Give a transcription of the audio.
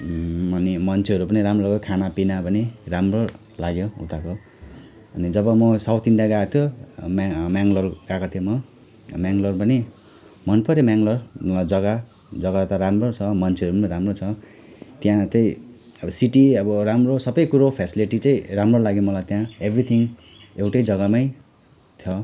अनि मान्छेहरू पनि राम्रो खानापिना पनि राम्रो लाग्यो उताको अनि जब म साउथ इन्डिया गएको थिएँ मेङ्लो मेङ्लोर गएको थिएँ म मेङ्लोर पनि मनपऱ्यो मेङ्लोर जग्गा जग्गा त राम्रो छ मान्छेहरू पनि राम्रो छ त्यहाँ चाहिँ अब सिटी अब राम्रो सबै कुरो फेसलिटी चाहिँ राम्रो लाग्यो त्यहाँ एभ्रिथिङ एउटै जग्गा नै थियो